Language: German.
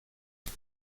mit